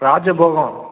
ராஜபோகம்